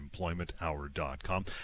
employmenthour.com